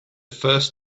first